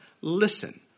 listen